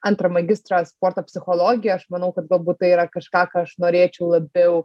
antrą magistrą sporto psichologiją aš manau kad galbūt tai yra kažką ką aš norėčiau labiau